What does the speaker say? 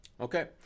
okay